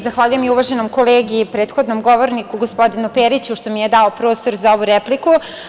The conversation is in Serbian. Zahvaljujem i uvaženom kolegi, prethodnom govorniku, gospodinu Periću, što mi je dao prostor za ovu repliku.